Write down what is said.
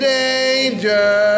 danger